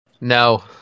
No